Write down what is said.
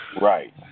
Right